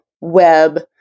web